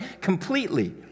completely